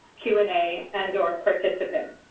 q and a and or participants.